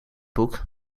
boek